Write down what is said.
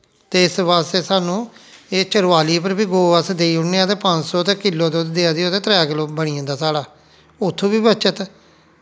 ते इस आस्तै सानूं एह् चरवाली उप्पर बी गौ अस देई ओड़ने आं ते पंज सौ ते किल्लो दुद्ध देआ दी होऐ ते त्रै किल्लो बनी जंदा साढ़ा उत्थूं बी बच्चत